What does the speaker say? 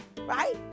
right